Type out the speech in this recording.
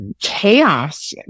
chaos